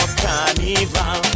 carnival